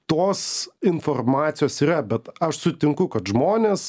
tos informacijos yra bet aš sutinku kad žmonės